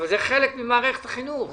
אבל זה חלק ממערכת החינוך.